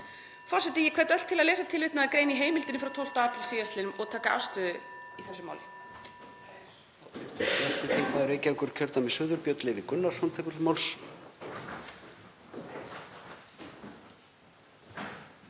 Forseti. Ég hvet öll til að lesa tilvitnaða grein í Heimildinni frá 12. apríl sl. og taka afstöðu í þessu máli.